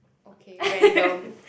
okay random